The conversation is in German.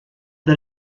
the